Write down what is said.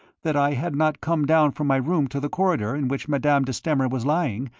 that i had not come down from my room to the corridor in which madame de stamer was lying,